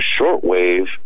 shortwave